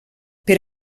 per